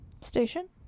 Station